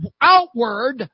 outward